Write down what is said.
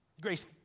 Grace